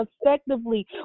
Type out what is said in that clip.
effectively